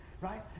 right